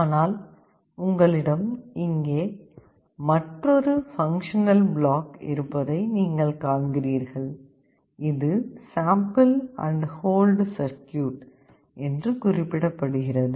ஆனால் உங்களிடம் இங்கே மற்றொரு ஃபங்ஷனல் பிளாக் இருப்பதை நீங்கள் காண்கிறீர்கள் இது சாம்பிள் அண்ட் ஹோல்ட் சர்க்யூட் என்று குறிப்பிடப்படுகிறது